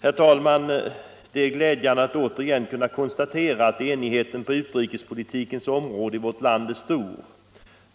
Herr talman! Det är glädjande att åter kunna konstatera att enigheten på utrikespolitikens område är stor i vårt land.